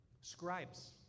scribes